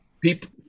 people